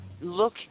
look –